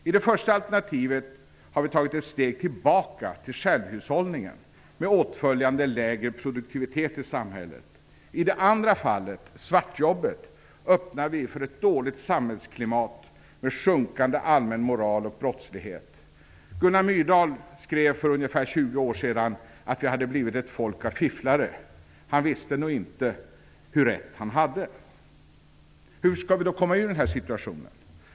I det första alternativet har vi tagit ett steg tillbaka till självhushållningen med åtföljande lägre produktivitet i samhället. I det andra fallet, svartjobbet, öppnar vi för ett dåligt samhällsklimat med brottslighet och sjunkande allmän moral. Gunnar Myrdal skrev för ungefär 20 år sedan att vi hade blivit ett folk av fifflare. Han visste nog inte hur rätt han hade. Hur skall vi då komma ur den här situationen?